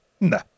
nah